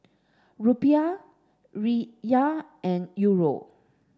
Rupiah Riyal and Euro